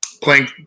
playing